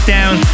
Down